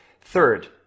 Third